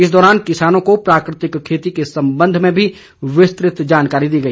इस दौरान किसानों को प्राकृतिक खेती के संबंध में भी विस्तृत जानकारी दी गई